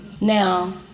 Now